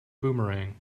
boomerang